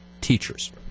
teachers